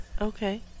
Okay